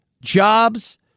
Jobs